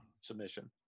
submission